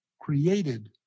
created